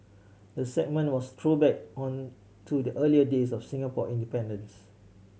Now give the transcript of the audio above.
the segment was throwback on to the early days of Singapore independence